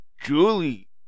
Julie